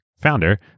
founder